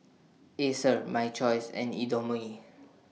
Acer My Choice and Indomie